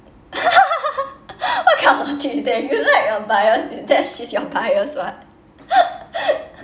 what kind of logic is that you like your bias that's she's your bias [what]